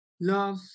Love